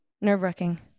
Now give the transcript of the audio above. Nerve-wracking